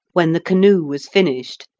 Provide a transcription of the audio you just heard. when the canoe was finished,